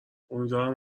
امیدوارم